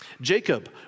Jacob